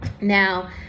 Now